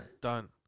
done